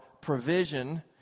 provision